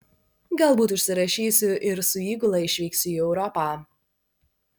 galbūt užsirašysiu ir su įgula išvyksiu į europą